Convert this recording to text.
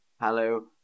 Hello